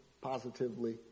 positively